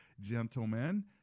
Gentlemen